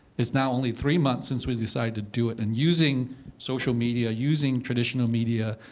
it's now only three months since we decided to do it. and using social media, using traditional media,